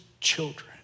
children